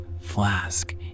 Flask